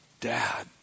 Dad